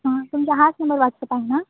ह तुमचा हाच नंबर वॉट्सअप आहे ना